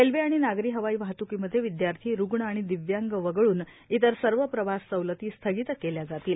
railway आणि नागरी हवाई वाहतूकीमध्ये विद्यार्थी रुग्ण आणि दिव्यांग वगळून इतर सर्व प्रवास सवलती स्थगित केल्या जातील